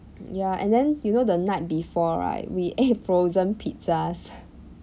ya and then you know the night before right we ate frozen pizzas